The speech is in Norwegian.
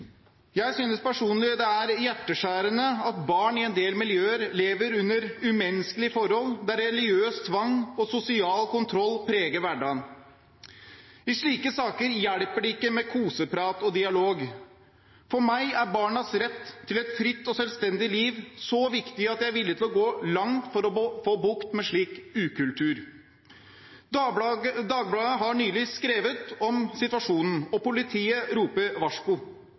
Jeg synes personlig det er hjerteskjærende at barn i en del miljøer lever under umenneskelige forhold, der religiøs tvang og sosial kontroll preger hverdagen. I slike saker hjelper det ikke med koseprat og dialog. For meg er barnas rett til et fritt og selvstendig liv så viktig at jeg er villig til å gå langt for å få bukt med slik ukultur. Dagbladet har nylig skrevet om situasjonen, og politiet roper varsko.